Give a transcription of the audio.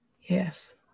yes